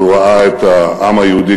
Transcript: הוא ראה את העם היהודי,